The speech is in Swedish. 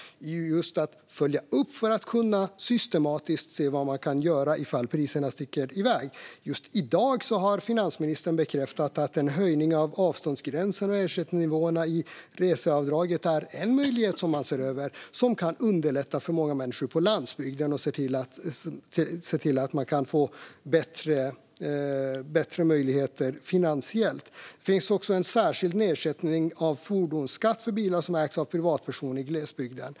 Det handlar om att följa upp för att se vad man systemmässigt kan göra ifall priserna sticker iväg. Just i dag har finansministern bekräftat att en höjning av avståndsgränserna och ersättningsnivåerna för reseavdraget är en möjlighet som man ser över. Det kan underlätta för många människor på landsbygden och se till att de kan få bättre möjligheter finansiellt. Det finns också en särskild nedsättning av fordonsskatt för bilar som ägs av privatpersoner i glesbygden.